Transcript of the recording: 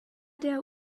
der